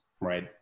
right